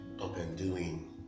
up-and-doing